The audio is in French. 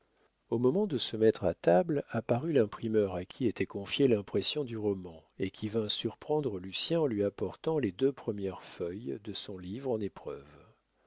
au moment de se mettre à table apparut l'imprimeur à qui était confiée l'impression du roman et qui vint surprendre lucien en lui apportant les deux premières feuilles de son livre en épreuves